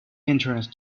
entrance